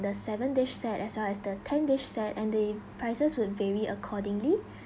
the seven dish set as well as the ten dish set and the prices will vary accordingly